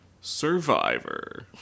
Survivor